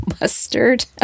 mustard